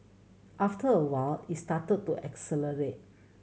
after a while it started to